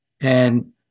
And-